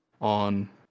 on